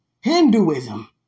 Hinduism